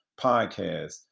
podcast